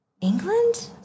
England